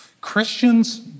Christians